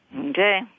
Okay